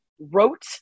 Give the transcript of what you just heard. wrote